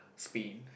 Spain